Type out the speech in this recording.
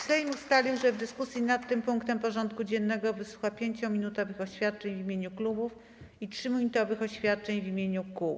Sejm ustalił, że w dyskusji nad tym punktem porządku dziennego wysłucha 5-minutowych oświadczeń w imieniu klubów i 3-minutowych oświadczeń w imieniu kół.